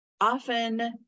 often